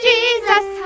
Jesus